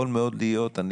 יכול מאוד להיות,